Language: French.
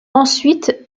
ensuite